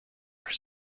were